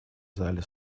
зале